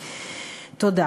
תודה.